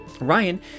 Ryan